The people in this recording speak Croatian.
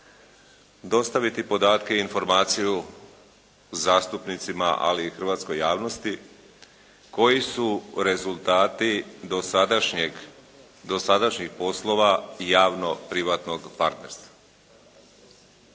dostaviti podatke i informaciju zastupnicima ali i hrvatskoj javnosti, koji su rezultati dosadašnjih poslova javno-privatnog partnerstva.